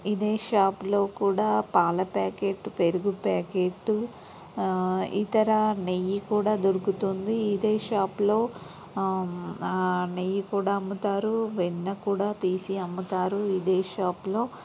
ఇదే షాప్లో కూడా పాల ప్యాకెట్ పెరుగు ప్యాకెట్ ఇతర నెయ్యి కూడా దొరుకుతుంది ఇదే షాప్లో నెయ్యి కూడా అమ్ముతారు వెన్న కూడా తీసి అమ్ముతారు ఇదే షాప్లో